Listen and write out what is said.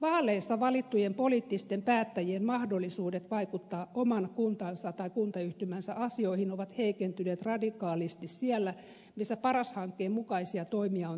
vaaleissa valittujen poliittisten päättäjien mahdollisuudet vaikuttaa oman kuntansa tai kuntayhtymänsä asioihin ovat heikentyneet radikaalisti siellä missä paras hankkeen mukaisia toimia on tehty